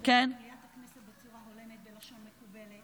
ואת קוראת אותי לסדר?